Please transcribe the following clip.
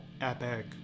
epic